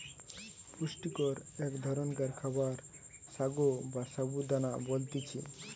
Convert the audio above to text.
পুষ্টিকর এক ধরণকার খাবার সাগো বা সাবু দানা বলতিছে